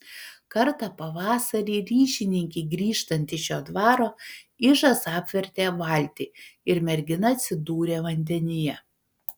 kartą pavasarį ryšininkei grįžtant iš šio dvaro ižas apvertė valtį ir mergina atsidūrė vandenyje